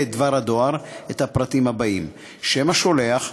דבר הדואר את הפרטים האלה: שם השולח,